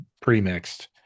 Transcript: pre-mixed